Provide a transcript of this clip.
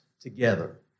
together